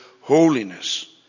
holiness